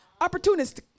opportunistic